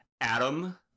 Adam